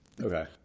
Okay